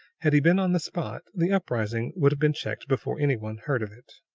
had he been on the spot, the uprising would have been checked before any one heard of it.